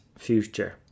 Future